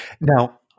now